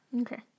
Okay